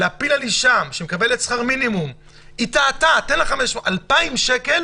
להפיל על אישה שמקבלת שכר מינימום קנס של 2,000 שקל